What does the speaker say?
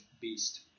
beast